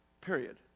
period